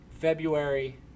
February